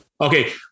Okay